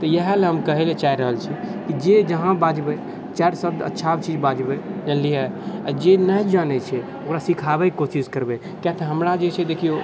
तऽ इएह लए हम कहै लए चाहि रहल छी कि जे जहाँ बाजबै चारि शब्द अच्छा चीज बाजबै जानलियै आओर जे नहि जानै छियै ओकरा सिखाबैके कोशिश करबै किएक तऽ हमरा जे छै देखियौ